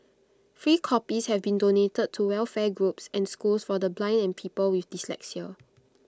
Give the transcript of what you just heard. free copies have been donated to welfare groups and schools for the blind and people with dyslexia